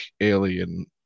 alien